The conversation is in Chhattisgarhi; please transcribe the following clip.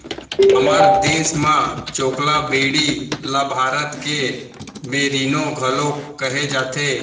हमर देस म चोकला भेड़ी ल भारत के मेरीनो घलौक कहे जाथे